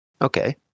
Okay